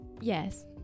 yes